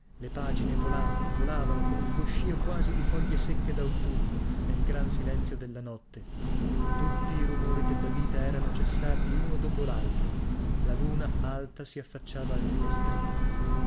le pagine volavano volavano con un fruscío quasi di foglie secche dautunno nel gran silenzio della notte tutti i rumori della via erano cessati uno dopo laltro la luna alta si affacciava al finestrino